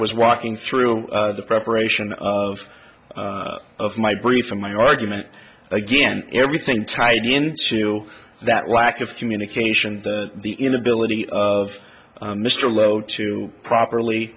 was walking through the preparation of my briefing my argument again everything tied into that lack of communication the inability of mr low to properly